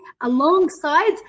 alongside